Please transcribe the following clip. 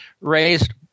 raised